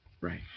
Right